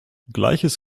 gleiches